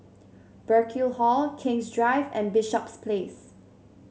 Burkill Hall King's Drive and Bishops Place